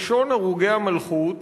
ראשון הרוגי המלכות,